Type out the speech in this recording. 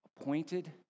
appointed